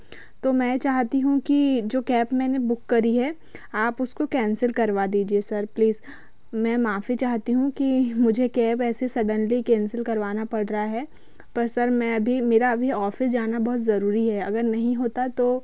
तो मैं चाहती हूँ की जो कैप मैंने बुक करी है आप उसको कैंसिल करवा दिजिए सर प्लीज़ मैं माफ़ी चाहती हूँ कि कैब ऐसे सडन्ली कैंसिल करवाना पड़ रहा है पर सर मैं अभी मेरा अभी ऑफिस जाना ज़रूरी है अगर नहीं होता तो